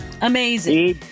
Amazing